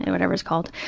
and whatever it's called,